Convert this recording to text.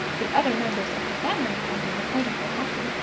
the other members of her family had disappointed her often.